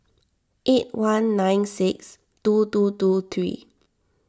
eight one nine six two two two three